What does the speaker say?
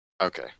Okay